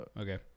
Okay